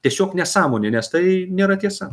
tiesiog nesąmonė nes tai nėra tiesa